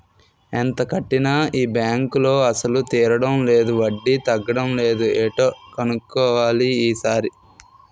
ఎంత కట్టినా ఈ బాంకులో అసలు తీరడం లేదు వడ్డీ తగ్గడం లేదు ఏటో కన్నుక్కోవాలి ఈ సారి